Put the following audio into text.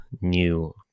new